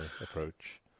approach